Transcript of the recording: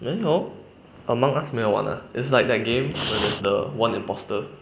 没有 among us 没有玩 ah is like that game when there is the one imposter